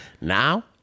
Now